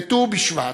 בט"ו בשבט,